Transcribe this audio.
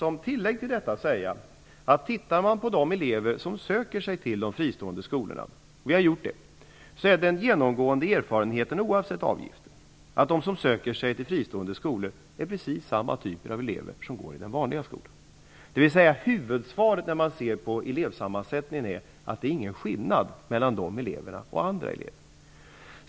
Om man tittar på de elever som söker sig till de fristående skolorna -- vi har gjort det -- blir den genomgående erfarenheten att de typer av elever som söker sig till fristående skolor, oavsett avgift, är precis samma typer av elever som går i den vanliga skolan. Huvuderfarenheten vad gäller elevsammansättningen är att det inte är någon skillnad mellan de eleverna och andra elever.